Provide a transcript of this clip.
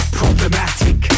problematic